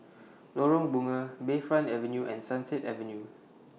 Lorong Bunga Bayfront Avenue and Sunset Avenue